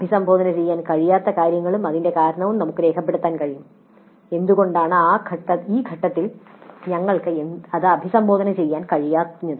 അഭിസംബോധന ചെയ്യാൻ കഴിയാത്ത കാര്യങ്ങളും അതിന്റെ കാരണവും നമുക്ക് രേഖപ്പെടുത്താൻ കഴിയും എന്തുകൊണ്ടാണ് ഈ ഘട്ടത്തിൽ ഞങ്ങൾക്ക് അത് അഭിസംബോധന ചെയ്യാൻ കഴിയാത്തത്